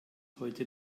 heute